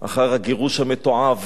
אחר הגירוש המתועב